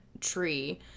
tree